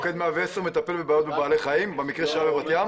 מוקד 110 מטפל בבעיות בעלי חיים ובמקרה שהיה בבת ים?